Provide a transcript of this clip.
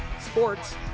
sports